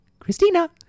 Christina